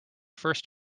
first